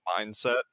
mindset